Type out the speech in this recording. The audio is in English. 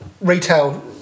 retail